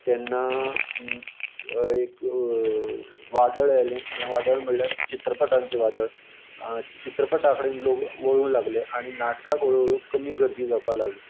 तेन्ना एक वादळ आयलें हें वादळ म्हळ्यार चित्रपटांचें वादळ चित्रपटां कडेन लोक वळूंक लागले आनी नाटक हळू हळू कमी गर्दी जावपाक लागली